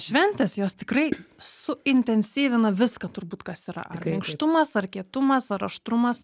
šventės jos tikrai suintensyvina viską turbūt kas yra ar minkštumas ar kietumas ar aštrumas